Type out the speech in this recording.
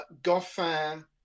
Goffin